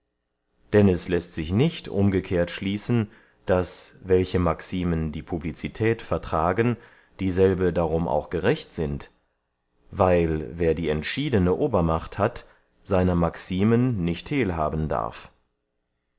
denn es läßt sich nicht umgekehrt schließen daß welche maximen die publicität vertragen dieselbe darum auch gerecht sind weil wer die entschiedene obermacht hat seiner maximen nicht heel haben darf